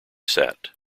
sat